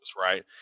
right